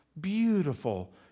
beautiful